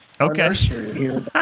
Okay